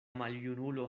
maljunulo